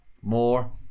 more